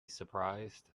surprised